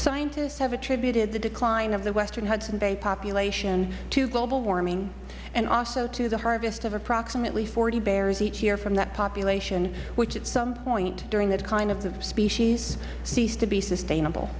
scientists have attributed the decline of the western hudson bay population to global warming and also to the harvest of approximately forty bears each year from that population which at some point during this kind of species ceased to be sustainable